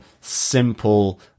simple